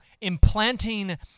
implanting